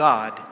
God